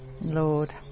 Lord